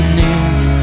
news